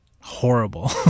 horrible